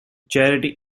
charity